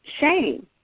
shame